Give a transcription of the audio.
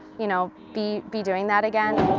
you know, be be doing that again.